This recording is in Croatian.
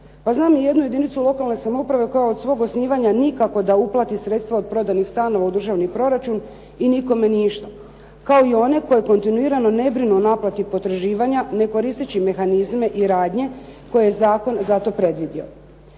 Pa znam i jednu jedinicu lokalne samouprave koja od svog osnivanja nikako da uplati sredstva od prodanih stanova u državni proračun i nikome ništa, kao i one koje kontinuirano ne brinu o naplati potraživanja ne koristeći mehanizme i radnje koje je zakon za to predvidio.